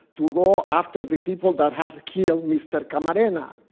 to go after the people that had killed mr. camarena.